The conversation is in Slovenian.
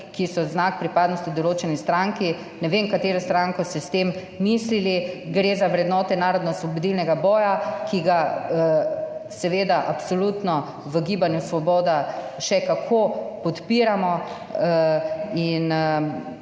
ki so znak pripadnosti določeni stranki. Ne vem, katero stranko ste s tem mislili. Gre za vrednote narodnoosvobodilnega boja, ki ga absolutno v Gibanju Svoboda še kako podpiramo,